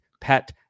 pet